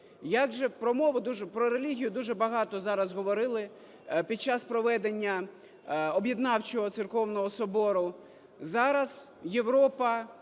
дуже, про релігію дуже багато зараз говорили під час проведення Об'єднавчого церковного Собору. Зараз Європа